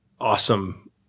awesome